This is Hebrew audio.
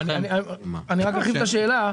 ארחיב את השאלה.